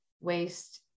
waste